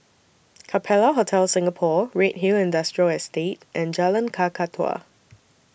Capella Hotel Singapore Redhill Industrial Estate and Jalan Kakatua